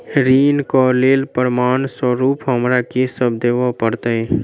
ऋण केँ लेल प्रमाण स्वरूप हमरा की सब देब पड़तय?